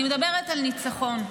אני מדברת על ניצחון,